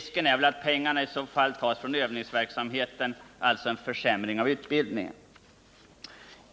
Det är i så fall risk för att pengarna tas från övningsverksamheten, vilket leder till en försämring av utbildningen.